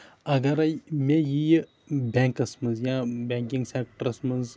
اَگرٕے مےٚ ییہِ بینکِس منٛز یا بینکِگ سیکٹرَس منٛز